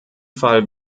fall